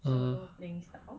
err